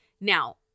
Now